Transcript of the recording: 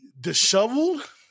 disheveled